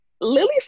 Lily